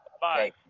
Bye